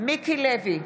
מיקי לוי,